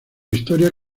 historia